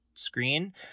screen